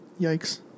Yikes